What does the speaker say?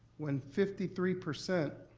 when fifty three percent